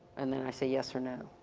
and then i say yes or no.